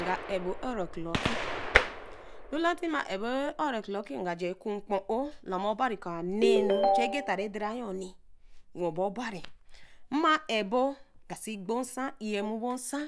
Nga ebo ɛrro clocki, a lolatima ebo ɛrro clocki haa ja kugbo-oh lama obari ko anenu chu ɛgata ridere-yo wee-obor-bari wee obo weesi gbonsa iimu bosaa